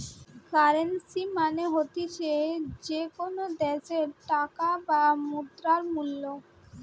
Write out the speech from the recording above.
currency মানে হতিছে যে কোনো দ্যাশের টাকার বা মুদ্রার মূল্য